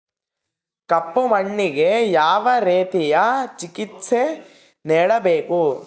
ಕಪ್ಪು ಮಣ್ಣಿಗೆ ಯಾವ ರೇತಿಯ ಚಿಕಿತ್ಸೆ ನೇಡಬೇಕು?